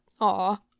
Aw